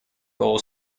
goal